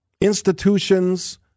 Institutions